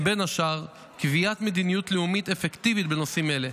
בין השאר קביעת מדיניות לאומית אפקטיבית בנושאים אלה,